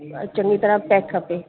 चङी तरह पैक खपे